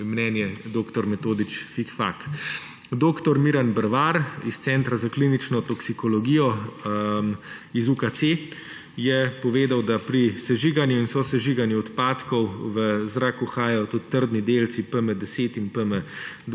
mnenje dr. Metode Dodič Fikfak. Dr. Miran Brvar iz Centra za klinično toksikologijo iz UKC je povedal, da pri sežiganju in sosežiganju odpadkov v zrak uhajajo tudi trdni delci PM10 in PM2,5,